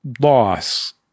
loss